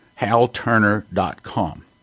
halturner.com